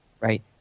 right